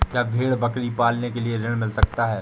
क्या भेड़ बकरी पालने के लिए ऋण मिल सकता है?